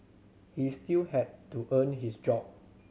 he still had to earn his job